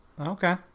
Okay